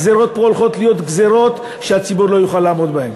הגזירות פה הולכות להיות גזירות שהציבור לא יוכל לעמוד בהן.